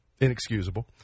inexcusable